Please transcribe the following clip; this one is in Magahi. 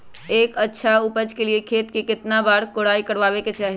एक अच्छा उपज के लिए खेत के केतना बार कओराई करबआबे के चाहि?